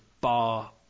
bar